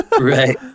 right